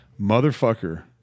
Motherfucker